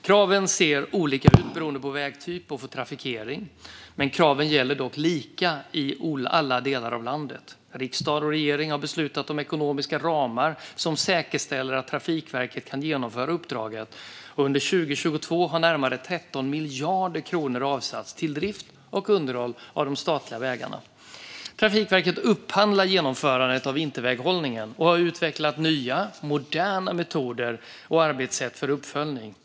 Kraven ser olika ut beroende på vägtyp och trafikering. Kraven gäller dock lika i alla delar av landet. Riksdagen och regeringen har beslutat om ekonomiska ramar som säkerställer att Trafikverket kan genomföra uppdraget. Under 2022 har närmare 13 miljarder kronor avsatts till drift och underhåll av de statliga vägarna. Trafikverket upphandlar genomförandet av vinterväghållningen och har utvecklat nya, moderna metoder och arbetssätt för uppföljning.